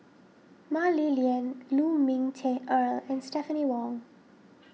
Mah Li Lian Lu Ming Teh Earl and Stephanie Wong